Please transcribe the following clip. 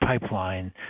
pipeline